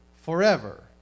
forever